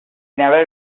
never